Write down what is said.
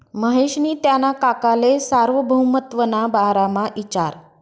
महेशनी त्याना काकाले सार्वभौमत्वना बारामा इचारं